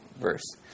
verse